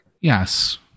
Yes